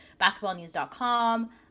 BasketballNews.com